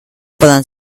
poden